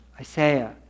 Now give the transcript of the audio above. Isaiah